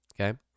Okay